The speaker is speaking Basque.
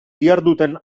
diharduten